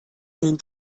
den